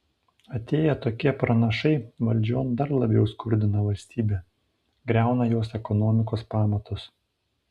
atėję tokie pranašai valdžion dar labiau skurdina valstybę griauna jos ekonomikos pamatus